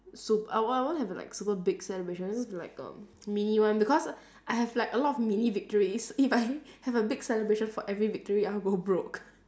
sup~ I won't I won't have like super big celebration it just be like a mini one because I have like a lot of many mini victories if I have a big celebration for every victory I'll go broke